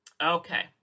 Okay